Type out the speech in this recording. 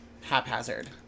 haphazard